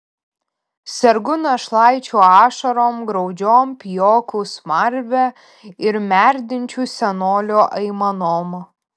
sergu našlaičių ašarom graudžiom pijokų smarve ir merdinčių senolių aimanom